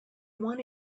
one